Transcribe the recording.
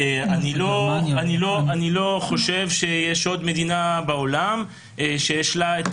אני לא חושב שיש עוד מדינה בעולם שיש לה את